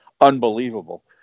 unbelievable